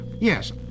yes